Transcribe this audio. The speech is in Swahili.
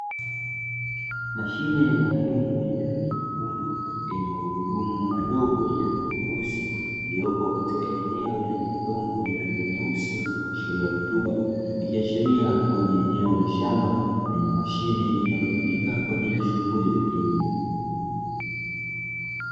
Mashine maalumu yenye rangi nyekundu yenye magurudumu madogo yenye rangi nyeusi iliyopo katika eneo lenye udongo wenye rangi nyeusi iyo ni kuashiria rutuba, ikiashiria kuwa ni eneo la shamba lenye mashine inayotumika kwa ajili ya shughuli za kilimo.